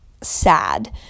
sad